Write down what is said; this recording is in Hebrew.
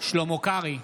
שלמה קרעי,